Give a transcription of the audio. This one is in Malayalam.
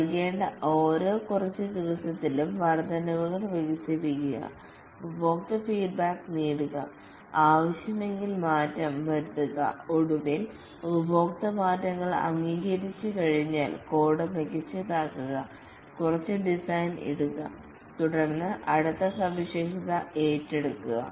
നൽകേണ്ട ഓരോ കുറച്ച് ദിവസത്തിലും വർദ്ധനവുകൾ വികസിപ്പിക്കുക ഉപഭോക്തൃ ഫീഡ്ബാക്ക് നേടുക ആവശ്യമെങ്കിൽ മാറ്റം വരുത്തുക ഒടുവിൽ ഉപഭോക്തൃ മാറ്റങ്ങൾ അംഗീകരിച്ചുകഴിഞ്ഞാൽ കോഡ് മികച്ചതാക്കുക കുറച്ച് ഡിസൈൻ ഇടുക തുടർന്ന് അടുത്ത സവിശേഷത ഏറ്റെടുക്കുക